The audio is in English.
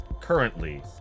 currently